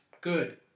good